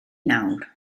nawr